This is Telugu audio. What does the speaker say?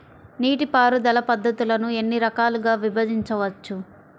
నీటిపారుదల పద్ధతులను ఎన్ని రకాలుగా విభజించవచ్చు?